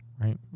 right